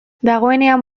dagoenean